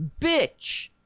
bitch